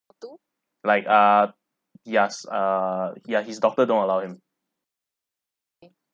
like uh yes uh yeah his doctor don't allow him